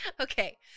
Okay